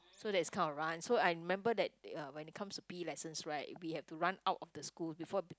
so is this kind of run so I remember that ya when it comes to p_e lessons right we have to run out of the school before